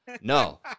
No